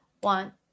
one